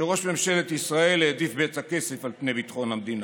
מזה שראש ממשלת ישראל העדיף בצע כסף על פני ביטחון המדינה.